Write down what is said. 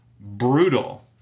brutal